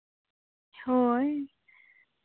ᱦᱳᱭ